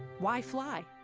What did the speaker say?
why fly?